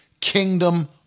Kingdom